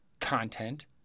content